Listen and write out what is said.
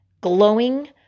glowing